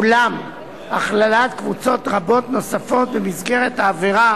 אולם הכללת קבוצות רבות נוספות במסגרת העבירה